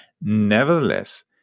Nevertheless